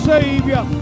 Savior